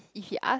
if he ask